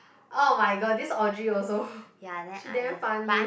oh-my-god this Audrey also she damn funny